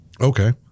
Okay